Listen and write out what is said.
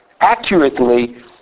accurately